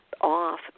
off